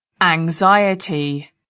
Anxiety